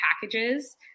packages